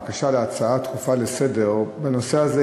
בקשה להצעה דחופה לסדר-היום בנושא הזה,